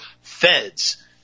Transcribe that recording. feds